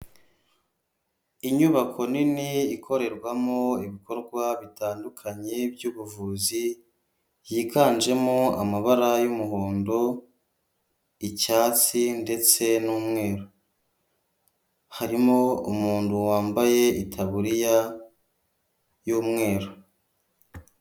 Inyubako nini ikorerwamo ibikorwa bitandukanye by'ubuvuzi higanjemo amabara y'umuhondo, icyatsi, ndetse n'umweru, harimo umuntu wambaye itaburiya y'umweru.